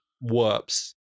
whoops